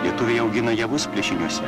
lietuviai augina javus plėšiniuose